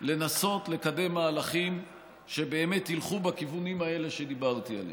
לנסות לקדם מהלכים שבאמת ילכו בכיוונים האלה שדיברתי עליהם.